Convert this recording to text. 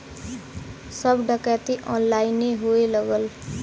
सब डकैती ऑनलाइने होए लगल